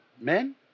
men